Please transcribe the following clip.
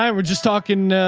um we're just talking,